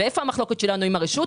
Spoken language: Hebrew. מה המחלוקת שלנו עם הרשות?